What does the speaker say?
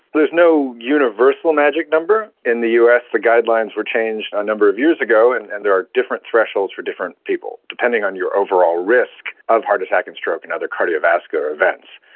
there is no universal magic number. in the us the guidelines were changed a number of years ago and and there are different thresholds for different people, depending on your overall risk of heart attack and stroke and other cardiovascular events.